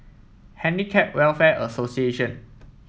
Handicap Welfare Association